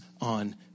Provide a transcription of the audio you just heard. on